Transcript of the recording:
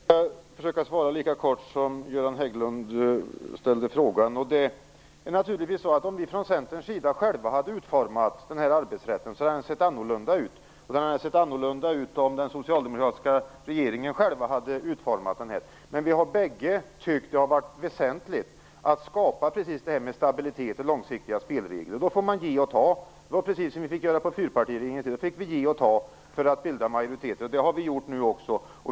Fru talman! Jag skall försöka svara lika kort som Göran Hägglund ställde frågan. Det är naturligtvis så att om vi från Centerns sida själva hade utformat den här arbetsrätten hade den sett annorlunda ut. Den hade också sett annorlunda ut om den socialdemokratiska regeringen själv hade utformat den. Men vi har båda tyckt att det har varit väsentligt att skapa just stabilitet och långsiktiga spelregler, och då får man ge och ta. Det var precis samma sak som vi fick göra på fyrpartiregeringens tid - då fick vi också ge och ta för att bilda majoriteter. Det har vi gjort nu också.